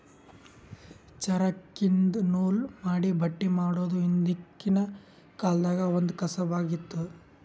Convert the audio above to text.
ಚರಕ್ದಿನ್ದ ನೂಲ್ ಮಾಡಿ ಬಟ್ಟಿ ಮಾಡೋದ್ ಹಿಂದ್ಕಿನ ಕಾಲ್ದಗ್ ಒಂದ್ ಕಸಬ್ ಆಗಿತ್ತ್